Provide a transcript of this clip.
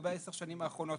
לגבי עשר השנים האחרונות,